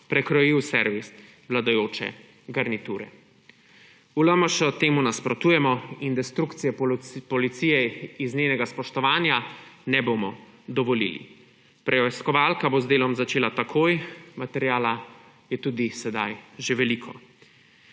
prekroji v servis vladajoče garniture. V LMŠ temu nasprotujemo in destrukcije policije iz spoštovanja do nje ne bomo dovolili. Preiskovalka bo z delom začela takoj, materiala je tudi zdaj že veliko.